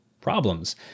problems